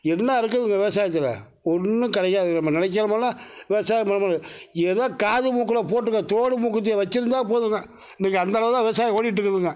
என்ன இருக்குதுங்க விவசாயத்தில் ஒன்றும் கிடையாது நம்ம நினைக்குற மாதிரிலாம் விவசாயம் பண்ணமுடியாது ஏதோ காது மூக்கில் போட்டுக்க தோடு மூக்குத்தியை வச்சுருந்தா போதுங்க இன்னிக்கு அந்தளவுதான் விவசாயம் ஓடிகிட்டு இருக்குதுங்க